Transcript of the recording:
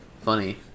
funny